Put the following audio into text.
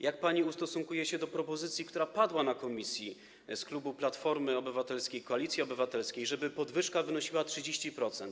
Jak pani ustosunkuje się do propozycji, która padła w komisji z klubu Platformy Obywatelskiej - Koalicji Obywatelskiej, żeby podwyżka wynosiła 30%?